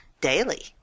daily